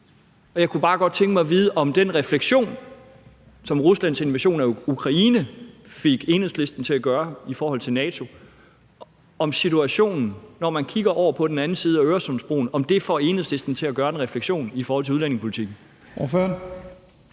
og jeg kunne bare godt tænke mig at vide, om den refleksion, som Ruslands invasion af Ukraine fik Enhedslisten til at gøre i forhold til NATO, og om den situation, man kan se, når man kigger over på den anden side af Øresundsbroen, får Enhedslisten til at gøre sig en refleksion i forhold til udlændingepolitikken.